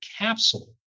capsule